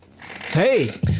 Hey